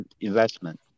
investment